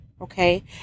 okay